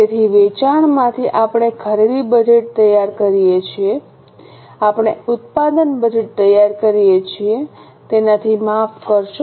તેથી વેચાણમાંથી આપણે ખરીદી બજેટ તૈયાર કરીએ છીએ આપણે ઉત્પાદન બજેટ તૈયાર કરીએ છીએ તેનાથી માફ કરશો